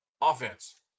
offense